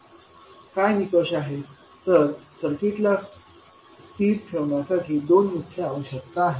काय निकष आहेत तर सर्किटला स्थिर ठेवण्यासाठी दोन मुख्य आवश्यकता आहेत